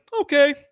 okay